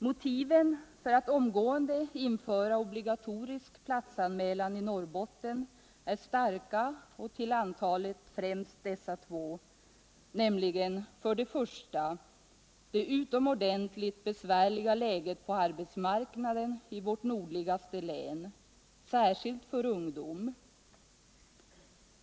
Motiven för att omgående införa obligatorisk platsanmälan i Norrbotten är starka och främst dessa två: För det första det utomordentligt besvärliga läget på arbetsmarknaden i vårt nordligaste län, särskilt för ungdom.